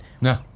No